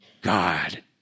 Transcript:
God